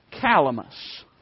calamus